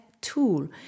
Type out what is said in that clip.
tool